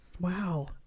Wow